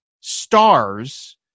stars